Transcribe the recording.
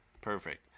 perfect